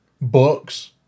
books